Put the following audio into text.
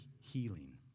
healing